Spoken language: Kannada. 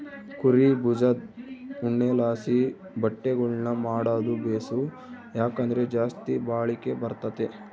ಕುರೀ ಬುಜದ್ ಉಣ್ಣೆಲಾಸಿ ಬಟ್ಟೆಗುಳ್ನ ಮಾಡಾದು ಬೇಸು, ಯಾಕಂದ್ರ ಜಾಸ್ತಿ ಬಾಳಿಕೆ ಬರ್ತತೆ